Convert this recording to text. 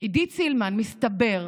עידית סילמן, מסתבר,